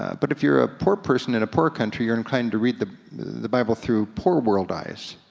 but if you're a poor person in a poor country you're inclined to read the the bible through poor-world eyes.